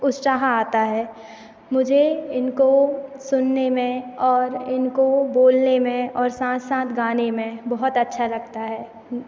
उत्साह आता है मुझे इनको सुनने में और इनको बोलने में और साथ साथ गाने में बहुत अच्छा लगता है